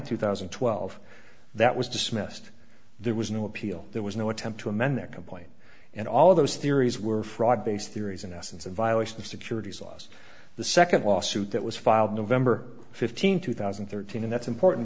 two thousand and twelve that was dismissed there was no appeal there was no attempt to amend the complaint and all of those theories were fraud based theories in essence a violation of securities laws the second lawsuit that was filed november fifteenth two thousand and thirteen and that's important